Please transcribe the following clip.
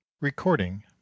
Recording